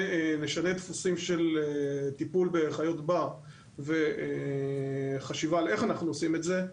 נשנה דפוסים של טיפול בחיות בר וחשיבה על איך אנחנו עושים את זה,